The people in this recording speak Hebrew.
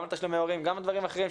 גם בתשלומי הורים וגם בדברים אחרים,